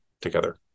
together